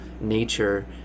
nature